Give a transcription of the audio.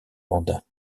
mandat